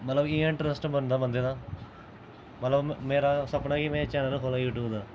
मतलब इं'या इंटरस्ट बनदा बंदे दा मतलब मेरा सपना एह् ऐ के चैनल खोह्ल्लां यूट्यूब दा